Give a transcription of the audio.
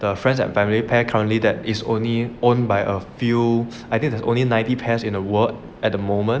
for friends and family pair currently that is only own by a few I think there's only ninety pairs in the world at the moment